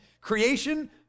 Creation